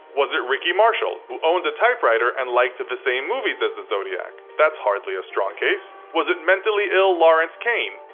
was it rick marshall, who owned a typewriter and liked the same movies as the zodiac? that's hardly a strong case. was it mentally ill lawrence kane,